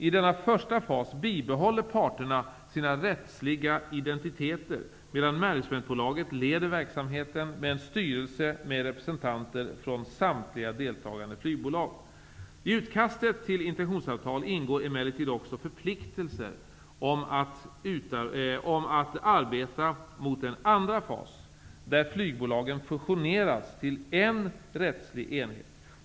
I denna första fas bibehåller parterna sina rättsliga identiteter, medan managementbolaget leder verksamheten med en styrelse med representanter från samtliga deltagande flygbolag. I utkastet till intentionsavtal ingår emellertid också förpliktelser om att arbeta mot en andra fas, där flygbolagen fusioneras till en rättslig enhet.